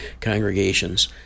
congregations